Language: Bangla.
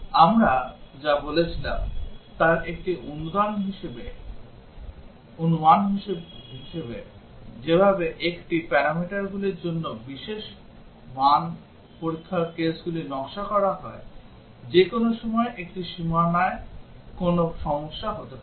আমরা যা বলেছিলাম তার একটি অনুমান যেভাবে একাধিক প্যারামিটারগুলির জন্য বিশেষ মান পরীক্ষার কেসগুলি নকশা করা হয় যে কোনও সময় একটি সীমানায় কোনও সমস্যা হতে পারে